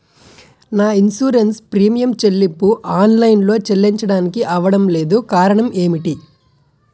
నా insurance premium చెల్లింపు online లో చెల్లించడానికి అవ్వడం లేదు కారణం ఏమిటి?